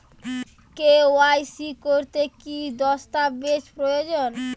KYC করতে কি দস্তাবেজ প্রয়োজন?